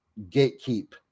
gatekeep